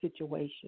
situation